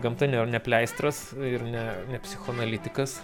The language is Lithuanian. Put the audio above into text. gamta ne ne pleistras ir ne ne psichoanalitikas